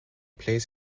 plays